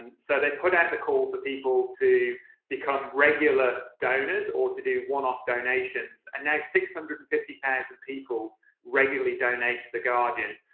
and so they put out the call for people to become regular donors or to do one-off donations. and now, six hundred and fifty thousand people regularly donate to the guardian.